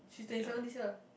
she's twenty seven this year